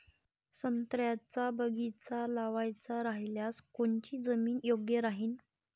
संत्र्याचा बगीचा लावायचा रायल्यास कोनची जमीन योग्य राहीन?